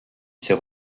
ses